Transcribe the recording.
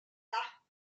larges